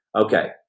Okay